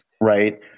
right